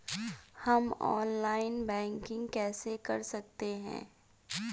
हम online banking कैसे कर सकते हैं?